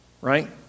right